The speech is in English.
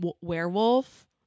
werewolf